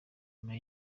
nyuma